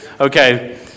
Okay